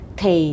thì